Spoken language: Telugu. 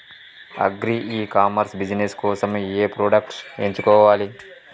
అగ్రి ఇ కామర్స్ బిజినెస్ కోసము ఏ ప్రొడక్ట్స్ ఎంచుకోవాలి?